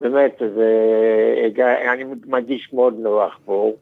‫באמת, אני מרגיש מאוד נח פה.